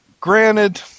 granted